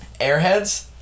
airheads